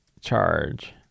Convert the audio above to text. charge